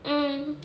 mmhmm